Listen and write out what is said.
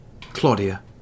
claudia